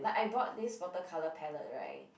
like I bought this water colour palette right